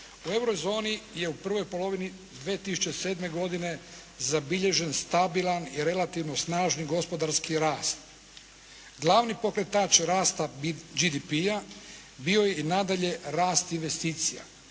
U euro zoni je u prvoj polovini 2007. godine zabilježen stabilan i relativno snažni gospodarski rast. Glavni pokretač rasta GDP-a bio je i nadalje rast investicija,